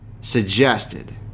suggested